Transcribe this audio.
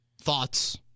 thoughts